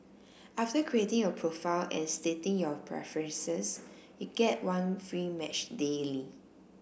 after creating your profile and stating your preferences you get one free match daily